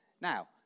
Now